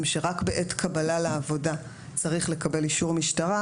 שרק בעת קבלה לעבודה צריך לקבל אישור משטרה,